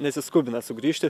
nesiskubina sugrįžti